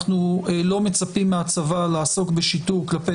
אנחנו לא מצפים מהצבא לעסוק בשיטור כלפי